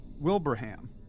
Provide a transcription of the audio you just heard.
Wilbraham